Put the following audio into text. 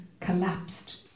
collapsed